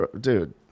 dude